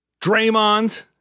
Draymond